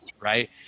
right